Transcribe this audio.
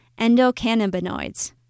endocannabinoids